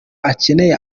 akeneye